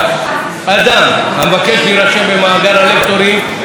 אדם המבקש להירשם במאגר הלקטורים יוכל,